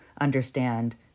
understand